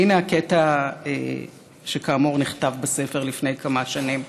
והינה הקטע, שכאמור נכתב בספר לפני כמה שנים: